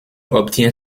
obtient